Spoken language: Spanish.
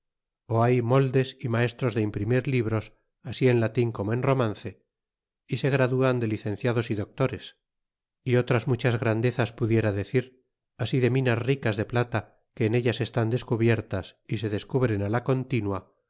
hay moldes y maestros de imprimir libros así en latin como en romance y se graduan de licenciados y doctores y otras muchas grandezas pudiera decir así de minas ricas de plata que en ellas están descubiertas y se descubren á la continua